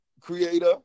Creator